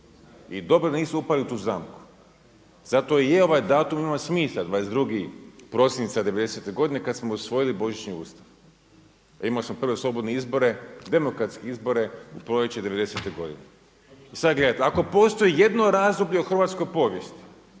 I dobro da nisu upali u tu zamku. Zato i je ovaj datum, ima smisla 22. prosinca '90.-te godine kada smo usvojili božićni Ustav. Imao sam prve slobodne izbore, demokratske izbore u proljeće '90-te godine. I sada gledajte, ako postoji ijedno razdoblje u hrvatskoj povijesti,